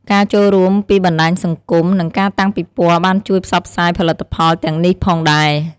ការចូលរួមពីបណ្ដាញសង្គម និងការតាំងពិព័រណ៍បានជួយផ្សព្វផ្សាយផលិតផលទាំងនេះផងដែរ។